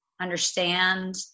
understand